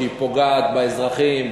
שהיא פוגעת באזרחים,